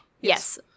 Yes